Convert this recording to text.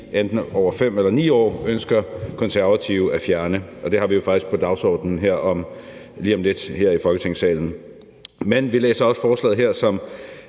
enten 5 eller 9 år, ønsker Konservative at fjerne. Og det har vi jo faktisk på dagsordenen lige om lidt her i Folketingssalen. Men vi læser også forslaget her, som